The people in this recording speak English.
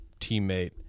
teammate